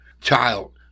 child